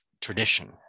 tradition